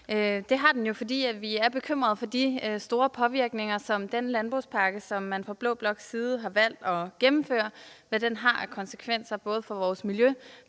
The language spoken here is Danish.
Det har den, fordi vi er bekymrede for de store påvirkninger og konsekvenser, som den landbrugspakke, som man fra blå bloks side har valgt at gennemføre, har både for vores miljø